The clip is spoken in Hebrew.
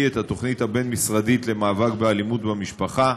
את התוכנית הבין-משרדית למאבק באלימות במשפחה.